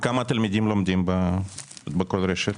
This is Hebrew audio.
וכמה תלמידים לומדים בכל רשת?